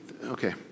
Okay